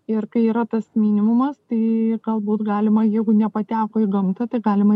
ir kai yra tas minimumas tai galbūt galima jeigu nepateko į gamtą tai galima